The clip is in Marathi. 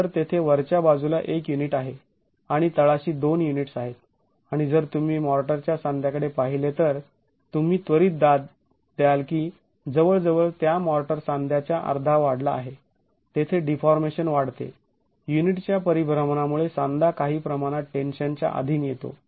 तर तेथे वरच्या बाजूला एक युनिट आहे आणि तळाशी दोन युनिट्स आहेत आणि जर तुम्ही मॉर्टरच्या सांध्याकडे पाहिले तर तुम्ही त्वरित दाद द्याल की जवळजवळ त्या मॉर्टर सांध्याच्या अर्धा वाढला आहे तेथे डीफॉर्मेशन वाढते युनिटच्या परिभ्रमणामुळे सांधा काही प्रमाणात टेन्शन च्या आधीन येतो